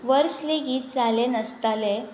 वर्स लेगीत जालें नासतालें